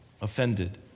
offended